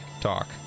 talk